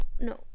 No